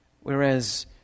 whereas